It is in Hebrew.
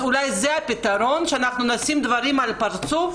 אולי זה הפתרון, שנשים את הדברים מול הפרצוף?